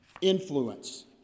Influence